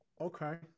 Okay